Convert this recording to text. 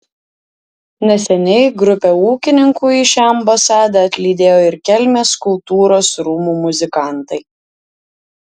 neseniai grupę ūkininkų į šią ambasadą atlydėjo ir kelmės kultūros rūmų muzikantai